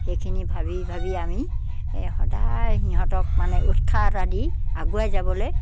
সেইখিনি ভাবি ভাবি আমি সদায় সিহঁতক মানে উৎসাহ এটা দি আগুৱাই যাবলৈ